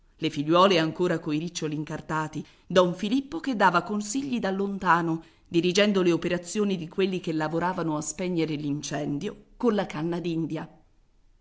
le figliuole ancora coi riccioli incartati don filippo che dava consigli da lontano dirigendo le operazioni di quelli che lavoravano a spegnere l'incendio colla canna